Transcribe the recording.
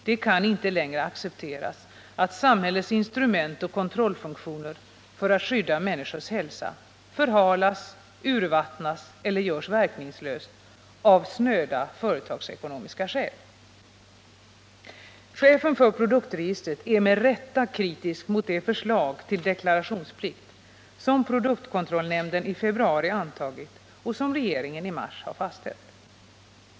Det kan inte längre accepteras att samhällets instrument och kontrollfunktioner för att skydda människors hälsa förhalas, urvattnas eller görs verkningslösa av snöda företagsekonomiska skäl. Chefen för produktregistret är med rätta kritisk mot det förslag till deklarationsplikt som produktkontrollnämnden i februari har antagit och som regeringen i mars har fastställt.